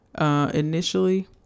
initially